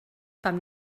beim